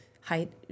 height